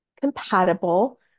compatible